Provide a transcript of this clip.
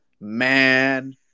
man